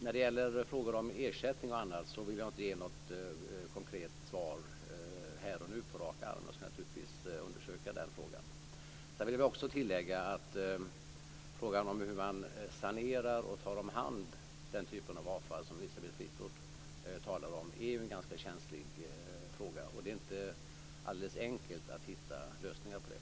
När det gäller t.ex. ersättningen vill jag inte på rak arm ge ett konkret svar här och nu men jag skall naturligtvis undersöka den saken. Frågan om hur man sanerar och tar om hand den typ av avfall som Elisabeth Fleetwood talar om är ganska känslig. Det är inte alldeles enkelt att hitta lösningar på det.